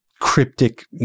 cryptic